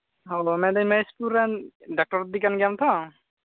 ᱢᱮᱱᱫᱟᱹᱧ ᱢᱚᱦᱮᱥᱯᱩᱨ ᱨᱮᱱ ᱰᱚᱠᱛᱚᱨ ᱫᱤᱫᱤ ᱠᱟᱱ ᱜᱮᱭᱟᱢ ᱛᱚ